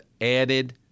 added